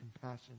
compassion